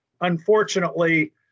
Unfortunately